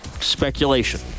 speculation